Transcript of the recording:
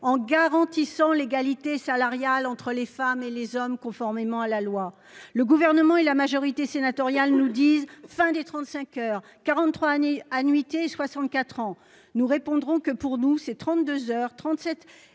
garantissant l'égalité salariale entre les femmes et les hommes. Conformément à la loi, le gouvernement et la majorité sénatoriale nous disent, enfin des 35 heures 43 années annuités 64 ans nous répondrons que pour nous c'est 32 heures 37